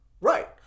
Right